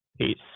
Peace